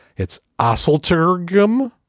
it's assaulter graham.